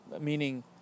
meaning